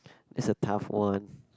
that's a tough one